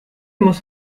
muss